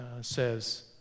says